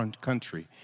country